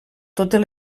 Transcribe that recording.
totes